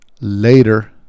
later